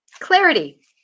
Clarity